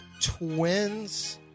twins